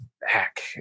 Back